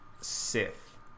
sith